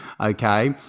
Okay